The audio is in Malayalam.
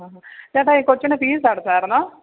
ഹ ഹ ഹ ചേട്ടാ ഈ കൊച്ചിൻ്റ ഫീസടച്ചായിര്ന്നോ